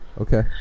okay